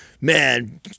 man